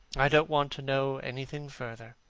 i don't want to know anything further.